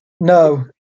No